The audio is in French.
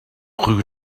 rue